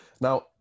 Now